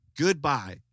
Goodbye